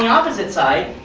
and opposite side,